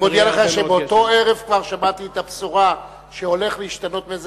אני מודיע לך שבאותו ערב כבר שמעתי את הבשורה שמזג האוויר הולך להשתנות,